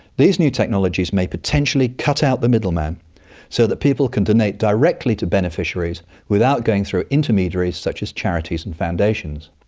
these new technologies may potentially cut out the middleman so that people can donate directly to beneficiaries without going through intermediaries such as charities and foundations.